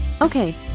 Okay